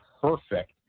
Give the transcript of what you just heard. perfect